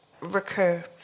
recur